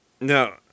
No